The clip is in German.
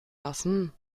lassen